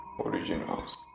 originals